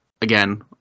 again